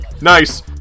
Nice